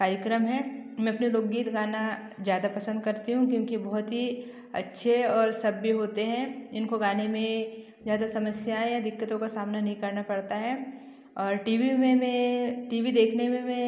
कार्यक्रम मैं अपने लोकगीत गाना ज़्यादा पसंद करती हूँ क्योंकि बहुत ही अच्छे और सभ्य होते हैं इनको गाने में ज़्यादा समस्याएं या दिक्कतों का सामना नहीं करना पड़ता है और टी वी में में टी वी देखने में मैं